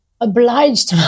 obliged